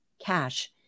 cash